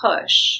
push